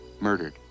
murdered